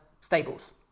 stables